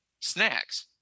Snacks